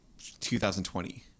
2020